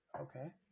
Okay